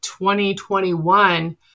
2021